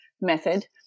method